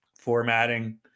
formatting